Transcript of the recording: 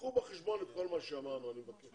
קחו בחשבון את כל מה שאמרנו, אני מבקש.